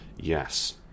Yes